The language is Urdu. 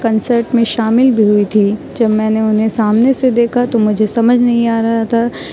کنسرٹ میں شامل بھی ہوئی تھی جب میں نے انہیں سامنے سے دیکھا تو مجھے سمجھ نہیں آ رہا تھا